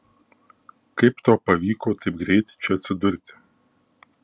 kaip tau pavyko taip greit čia atsidurti